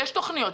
יש תוכניות.